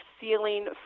ceiling